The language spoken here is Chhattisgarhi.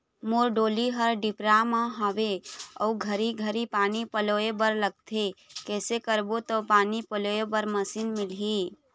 मोर डोली हर डिपरा म हावे अऊ घरी घरी पानी पलोए बर लगथे कैसे करबो त पानी पलोए बर मशीन मिलही?